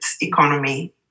economy